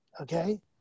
Okay